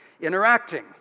interacting